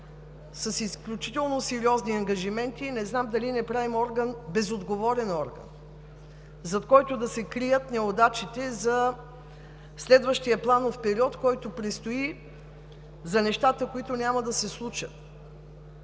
с изключително сериозни ангажименти и не знам дали не правим безотговорен орган, зад който да се крият неудачите за следващия планов период, който предстои, за нещата, които няма да се случат.